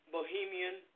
Bohemian